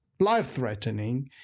life-threatening